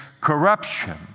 corruption